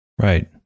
Right